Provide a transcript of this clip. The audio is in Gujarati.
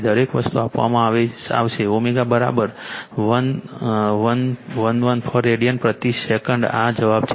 દરેક વસ્તુ આપવામાં આવશે ω1414 રેડિયન પ્રતિ સેકન્ડ આ જવાબ છે